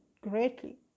greatly